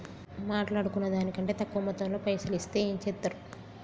మాట్లాడుకున్న దాని కంటే తక్కువ మొత్తంలో పైసలు ఇస్తే ఏం చేత్తరు?